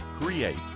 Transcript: create